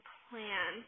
plan